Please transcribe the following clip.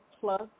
plus